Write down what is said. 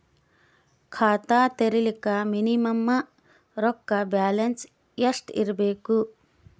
ಖಾತಾ ತೇರಿಲಿಕ ಮಿನಿಮಮ ರೊಕ್ಕ ಬ್ಯಾಲೆನ್ಸ್ ಎಷ್ಟ ಇರಬೇಕು?